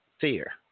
fear